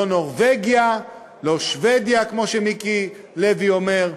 לא נורבגיה, לא שבדיה, כמו שמיקי לוי אומר,